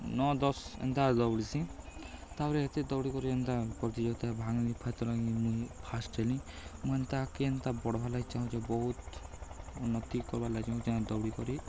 ନଅ ଦଶ ଏନ୍ତା ଦୌଡ଼ିସିଁ ତା'ପରେ ଏତେ ଦୌଡ଼ି କରି ଏନ୍ତା ପ୍ରତିଯୋଗିତାରେ ଭାଗ ନେଇକରି ଫେର୍ ଥରେ କିନି ମୁଇଁ ଫାଷ୍ଟ୍ ହେଲି ମୁଇଁ ଏନ୍ତା ଆଗ୍କେ ଏନ୍ତା ବଢ଼୍ବାର୍ ଲାଗି ଚାହୁଁଚେ ବହୁତ୍ ଉନ୍ନତି କର୍ବାର୍ ଲାଗି ଚାହୁଁଚେ ଦୌଡ଼ି କରି